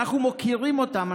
אנחנו מוקירים אותם,